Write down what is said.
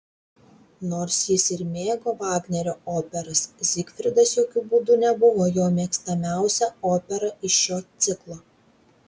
nors jis ir mėgo vagnerio operas zigfridas jokiu būdu nebuvo jo mėgstamiausia opera iš šio ciklo